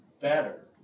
better